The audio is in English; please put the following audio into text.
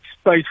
space